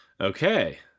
Okay